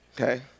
Okay